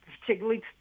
particularly